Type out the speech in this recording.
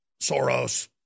Soros